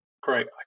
great